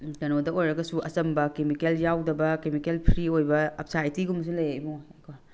ꯀꯩꯅꯣꯗ ꯑꯣꯏꯔꯒꯁꯨ ꯑꯆꯝꯕ ꯀꯦꯃꯤꯀꯦꯜ ꯌꯥꯎꯗꯕ ꯀꯦꯃꯤꯀꯦꯜ ꯐ꯭ꯔꯤ ꯑꯣꯏꯕ ꯑꯞꯁꯥ ꯑꯩꯠꯇꯤꯒꯨꯝꯕꯁꯨ ꯂꯩꯌꯦ ꯏꯕꯨꯡꯉꯣ ꯌꯥꯏꯀꯣ